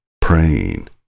praying